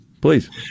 Please